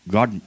God